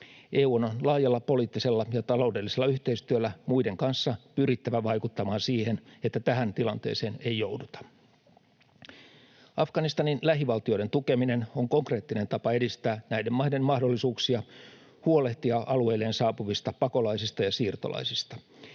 EU:n on laajalla poliittisella ja taloudellisella yhteistyöllä muiden kanssa pyrittävä vaikuttamaan siihen, että tähän tilanteeseen ei jouduta. Afganistanin lähivaltioiden tukeminen on konkreettinen tapa edistää näiden maiden mahdollisuuksia huolehtia alueilleen saapuvista pakolaisista ja siirtolaisista.